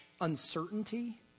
uncertainty